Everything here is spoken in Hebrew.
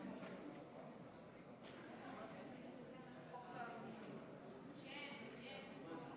ואנחנו עוברים להצעת חוק החומרים המסוכנים (תיקון,